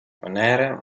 nere